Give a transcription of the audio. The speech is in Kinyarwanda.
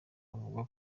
avuga